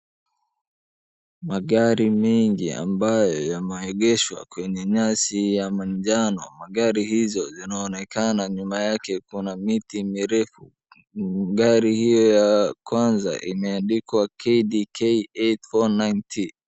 Magari mengi ambayo yameegeshwa kwenye nyasi ya manjano. Magari hizo zoinaonekana nyuma yake kuna miti mirefu. Gari hio ya kwanza imeandikwa KDK 849T.